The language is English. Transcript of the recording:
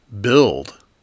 build